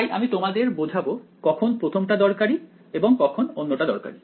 তাই আমি তোমাদের বোঝাবো কখন প্রথমটা দরকারি এবং কখন অন্যটা দরকারি